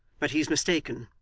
but he's mistaken,